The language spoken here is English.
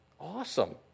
awesome